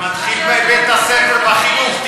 זה מתחיל בבית-הספר, בחינוך.